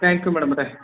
thank you ಮೇಡಮವ್ರೆ